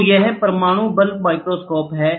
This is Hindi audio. तो यह परमाणु बल माइक्रोस्कोप है